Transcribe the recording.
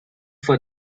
for